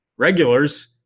regulars